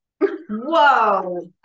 Whoa